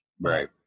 Right